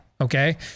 okay